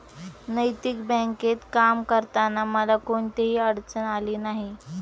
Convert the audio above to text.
नैतिक बँकेत काम करताना मला कोणतीही अडचण आली नाही